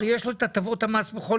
הרי יש לו את הטבות המס בכל מקרה.